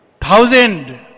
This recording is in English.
thousand